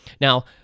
now